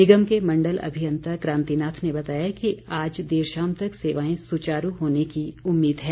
निगम के मण्डल अभियंता क्रांति नाथ ने बताया कि आज देर शाम तक सेवाएं सुचारू होने की उम्मीद है